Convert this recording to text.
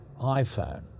iPhone